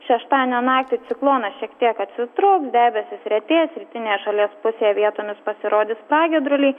šeštadienio naktį ciklonas šiek tiek atsitrauks debesys retės rytinėje šalies pusėje vietomis pasirodys pragiedruliai